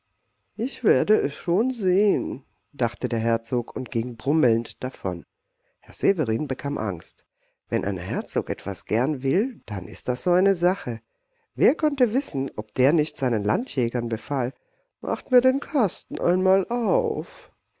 ich werde es schon sehen dachte der herzog und ging brummelnd davon herr severin bekam angst wenn ein herzog etwas gern will dann ist das so eine sache wer konnte wissen ob der nicht seinen landjägern befahl macht mir den kasten einmal auf